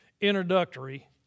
introductory